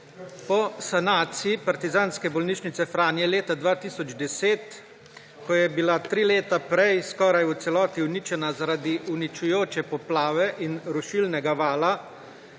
Po sanaciji partizanske bolnišnice Franje leta 2010, ko je bila tri leta prej skoraj v celoti uničena zaradi uničujoče poplave in rušilnega vala,